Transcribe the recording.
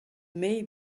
may